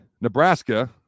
Nebraska